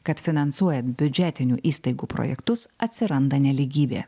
kad finansuojant biudžetinių įstaigų projektus atsiranda nelygybė